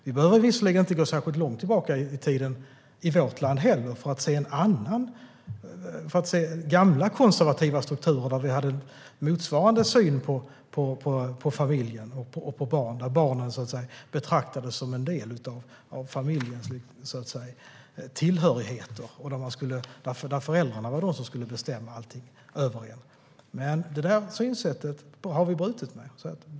Vi behöver visserligen inte gå särskilt långt tillbaka i historien ens i vårt eget land för att se gamla, konservativa strukturer med motsvarande syn på familjen och barnen, där barnen betraktades som en av familjens tillhörigheter och där föräldrarna skulle bestämma allt. Men det synsättet har vi brutit med.